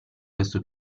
questo